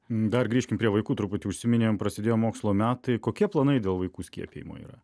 dar grįžkim prie vaikų truputį užsiminėm prasidėjo mokslo metai kokie planai dėl vaikų skiepijimo yra